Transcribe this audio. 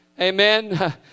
amen